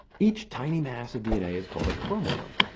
each tiny mass of dna is called a chromosome.